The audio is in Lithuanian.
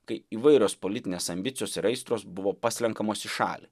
kai įvairios politinės ambicijos ir aistros buvo paslenkamos į šalį